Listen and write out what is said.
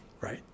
right